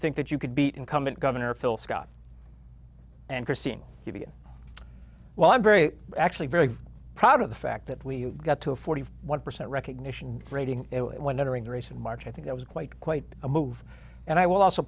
think that you could beat incumbent governor phil scott and christine well i'm very actually very proud of the fact that we got to forty one percent recognition rating when entering the race in march i think it was quite quite a move and i will also